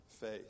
faith